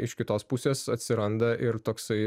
iš kitos pusės atsiranda ir toksai